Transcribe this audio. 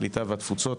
הקליטה והתפוצות.